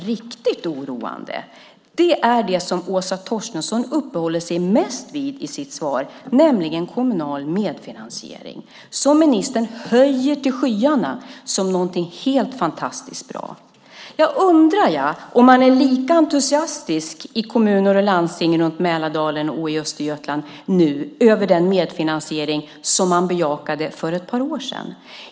Riktigt oroande är det som Åsa Torstensson i sitt svar mest uppehåller sig vid, nämligen den kommunala medfinansieringen som ju ministern höjer till skyarna som någonting helt fantastiskt. Jag undrar om man nu är lika entusiastisk i kommuner och landsting runt om i Mälardalen och i Östergötland inför den medfinansiering som man för ett par år sedan bejakade.